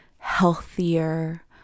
healthier